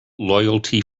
loyalty